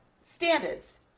standards